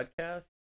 podcast